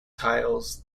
tiles